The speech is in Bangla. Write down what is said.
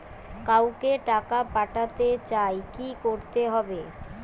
কাউকে টাকা পাঠাতে চাই কি করতে হবে?